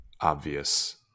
obvious